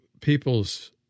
people's